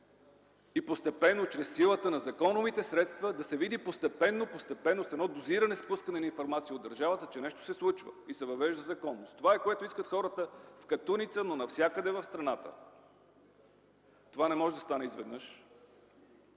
в Скопие. И чрез силата на законовите средства да се види постепенно, постепенно с едно дозирано спускане на информация от държавата, че нещо се случва и се въвежда законност. Това е което искат хората в Катуница, но и навсякъде в страната. Това не може да стане изведнъж.